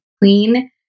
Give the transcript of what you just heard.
clean